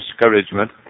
discouragement